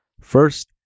First